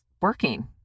working